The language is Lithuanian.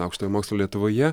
aukštojo mokslo lietuvoje